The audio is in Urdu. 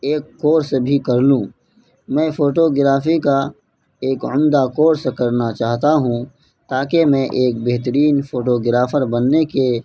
ایک کورس بھی کر لوں میں فوٹوگرافی کا ایک عمدہ کورس کرنا چاہتا ہوں تاکہ میں ایک بہترین فوٹوگرافر بننے کے